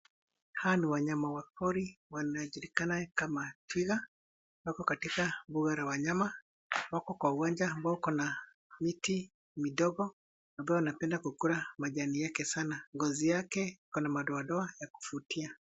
Hawa ni wanyama pori wanajulikana kama twiga wako katika mbuga la wanyama wako kwa uwanja ambao iko na miti midogo ambayo wanapenda kukula majani yake Sana ngozi Yake iko na madoadoa ya kuvutia.